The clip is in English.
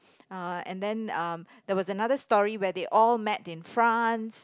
uh and then um there was another story where they all met in France